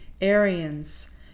Arians